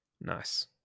Nice